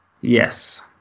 Yes